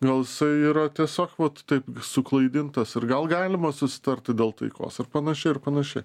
gal jisai yra tiesiog vat taip suklaidintas ir gal galima susitarti dėl taikos ir panašiai ir panašiai